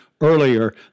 Earlier